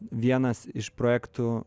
vienas iš projektų